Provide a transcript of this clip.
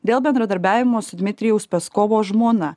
dėl bendradarbiavimo su dmitrijaus paskovo žmona